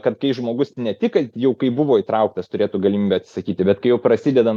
kad kai žmogus ne tik kad jau kai buvo įtrauktas turėtų galimybę atsisakyti bet kai jau prasideda